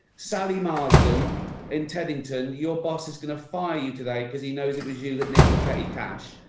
sally marsden in teddington, your boss is going to fire you today because he knows it was you that nicked the petty cash,